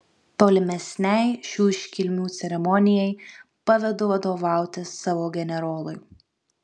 tolimesnei šių iškilmių ceremonijai pavedu vadovauti savo generolui